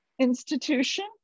institution